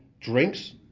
drinks